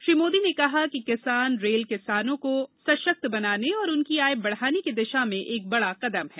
श्री मोदी ने कहा कि किसान रेल किसानों को सशक्त बनाने और उनकी आय बढ़ाने की दिशा में एक बड़ा कदम है